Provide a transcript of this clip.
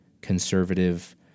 conservative